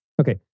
Okay